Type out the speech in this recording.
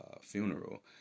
funeral